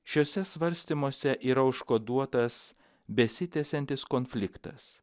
šiuose svarstymuose yra užkoduotas besitęsiantis konfliktas